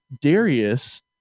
Darius